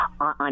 on